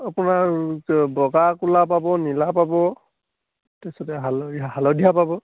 আপোনাৰ বগা ক'লা পাব নীলা পাব তাৰৰিছতে হালধীয়া হালধীয়া পাব